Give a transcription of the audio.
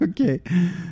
Okay